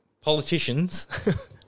politicians